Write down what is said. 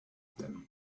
them